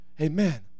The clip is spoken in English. Amen